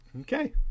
okay